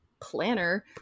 planner